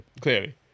clearly